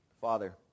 Father